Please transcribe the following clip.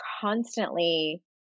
constantly